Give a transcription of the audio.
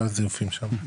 לא היה זיופים שם.